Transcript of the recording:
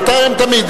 לתאם תמיד.